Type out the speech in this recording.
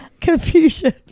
Confusion